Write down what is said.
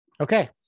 okay